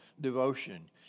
devotion